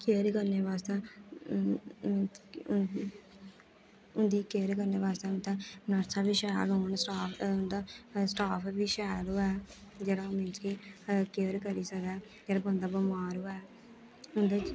care करने बास्तै उं'दी केयर करने बास्तै उत्थै नर्सां बी शैल होङन स्टाफ उं'दा स्टाफ बी शैल होऐ जेह्ड़ा मींस कि केयर करी सकै जेह्ड़ा बंदा बमार होऐ उं'दे च